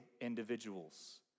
individuals